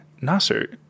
Nasser